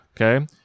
Okay